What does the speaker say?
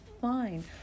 fine